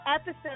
episode